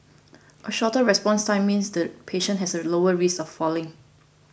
a shorter response time means the patient has a lower risk of falling